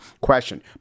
Question